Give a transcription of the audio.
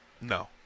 No